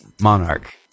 monarch